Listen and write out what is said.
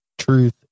Truth